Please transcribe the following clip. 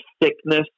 thickness